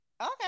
Okay